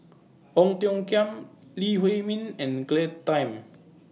Ong Tiong Khiam Lee Huei Min and Claire Tham